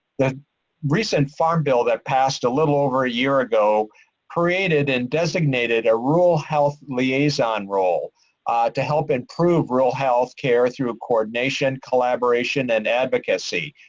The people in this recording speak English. the recent farm bill that passed a little over a year ago created and designated a rural health liaison role to help improve rural health care through ah coordination, collaboration and advocacy.